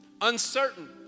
uncertain